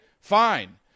fine